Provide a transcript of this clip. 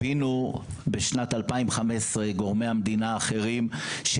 הבינו גורמי המדינה האחרים בשנת 2015